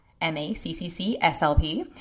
M-A-C-C-C-S-L-P